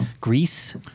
Greece